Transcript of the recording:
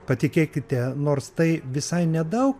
patikėkite nors tai visai nedaug